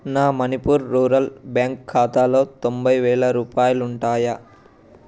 నా Manipur rural bank ఖాతాలో తొంభై వేల రూపాయాలుంటాయా